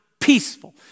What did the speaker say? peaceful